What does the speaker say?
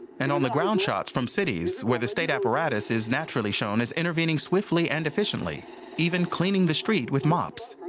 and on-the-ground shots from cities where the state apparatus is naturally shown as intervening swiftly and efficiently even cleaning the street with mops.